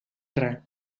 tre